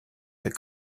that